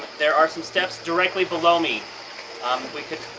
there are some steps directly below me um we could